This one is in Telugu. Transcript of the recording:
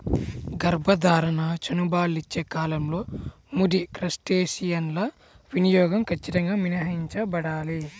గర్భధారణ, చనుబాలిచ్చే కాలంలో ముడి క్రస్టేసియన్ల వినియోగం ఖచ్చితంగా మినహాయించబడాలి